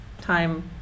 time